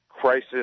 crisis